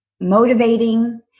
motivating